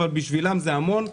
אבל בשבילם זה המון,